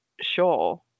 sure